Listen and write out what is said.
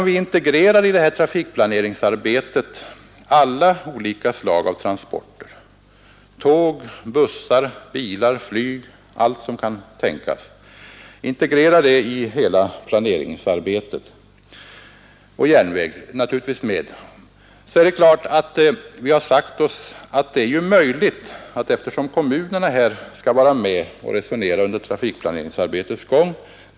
I detta trafikplaneringsarbete integrerar vi alla tänkbara slag av transporter, inte bara med järnväg utan också med flyg, bussar, bilar. Även kommunerna och länsstyrelserna skall vara med i resonemangen under trafikplaneringsarbetets gång.